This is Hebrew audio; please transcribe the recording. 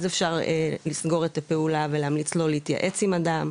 אפשר לסגור את הפעולה ולהמליץ לו להתייעץ עם אדם,